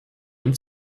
dem